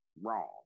wrong